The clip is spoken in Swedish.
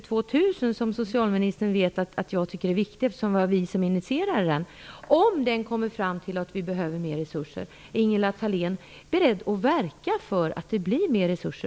2 000, som socialministern vet att jag tycker är viktig eftersom det var vi som initierade den: Om utredningen kommer fram till att vi behöver mer resurser, är Ingela Thalén då beredd att verka för att det blir mer resurser?